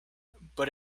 but